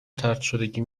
طردشدگی